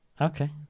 Okay